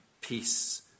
peace